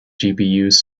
gpus